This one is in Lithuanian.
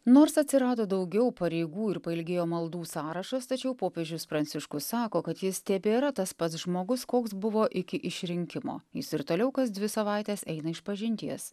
nors atsirado daugiau pareigų ir pailgėjo maldų sąrašas tačiau popiežius pranciškus sako kad jis tebėra tas pats žmogus koks buvo iki išrinkimo jis ir toliau kas dvi savaites eina išpažinties